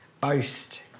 boast